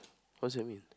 what's that mean